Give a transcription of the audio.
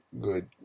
good